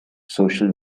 social